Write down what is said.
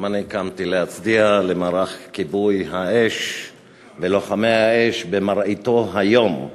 גם אני קמתי להצדיע למערך כיבוי האש ולוחמי האש במראיתו היום.